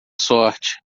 sorte